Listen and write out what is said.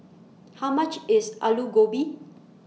How much IS Alu Gobi